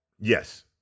Yes